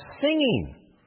singing